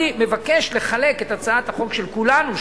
אני מבקש לחלק את הצעת החוק של כולנו,